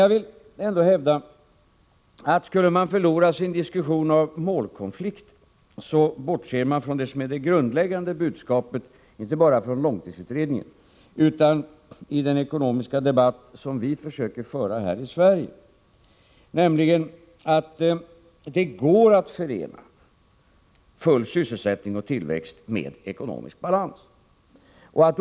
Jag vill hävda att om man skulle förlora sig i en diskussion av målkonflikter, bortsåg man från det som är det grundläggande budskapet inte bara i långtidsutredningen utan även i den ekonomiska debatt som vi försöker föra här i Sverige, nämligen att det går att förena full sysselsättning och tillväxt med ekonomisk balans.